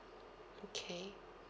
okay